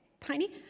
tiny